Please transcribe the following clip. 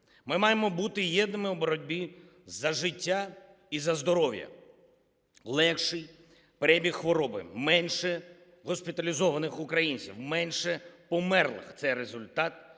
Ми маємо бути єдними в боротьбі за життя і за здоров'я. Легший перебіг хвороби, менше госпіталізованих українців, менше померлих – це результат